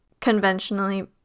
conventionally